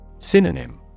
Synonym